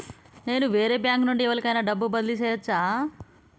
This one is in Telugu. నేను వేరే బ్యాంకు నుండి ఎవలికైనా డబ్బు బదిలీ చేయచ్చా?